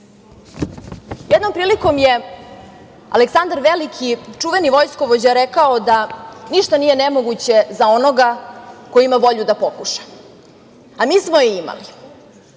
živote. Jednom prilikom je Aleksandar Veliki, čuveni vojskovođa rekao da ništa nije nemoguće za onoga koji ima volju da pokuša. Mi smo je imali.